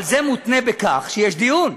אבל זה מותנה בכך שיש דיון.